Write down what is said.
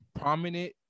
prominent